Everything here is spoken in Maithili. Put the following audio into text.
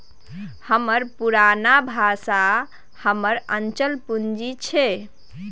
हमर पुरना बासा हमर अचल पूंजी छै